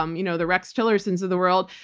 um you know the rex tillerson's of the world,